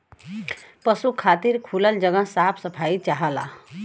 पसु खातिर खुलल जगह साफ सफाई चाहला